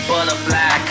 Butterfly